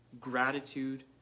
gratitude